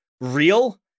real